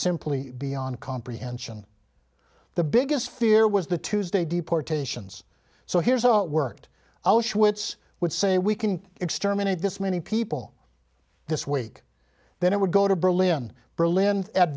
simply beyond comprehension the biggest fear was the tuesday deportations so here's how it worked its would say we can exterminate this many people this week then it would go to berlin berlin at